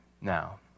now